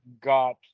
got